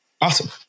Awesome